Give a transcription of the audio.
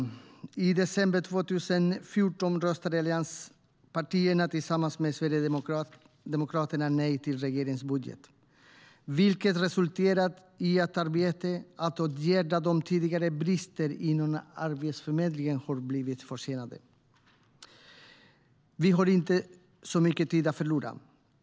I december 2014 röstade allianspartierna tillsammans med Sverigedemokraterna nej till regeringens budget, vilket resulterade i att arbetet med att åtgärda de tidigare bristerna inom Arbetsförmedlingen har blivit försenat. Vi har inte mycket tid att förlora.